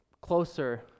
closer